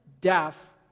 deaf